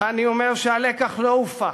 ואני אומר שהלקח לא הופק.